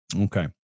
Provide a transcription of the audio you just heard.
Okay